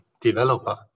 developer